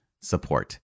support